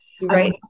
Right